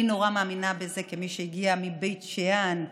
אני נורא מאמינה בזה, כמי שהגיעה מבית שאן.